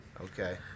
Okay